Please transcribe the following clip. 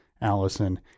Allison